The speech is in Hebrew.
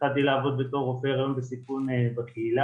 והתחלתי לעבוד בתור רופא להיריון בסיכון בקהילה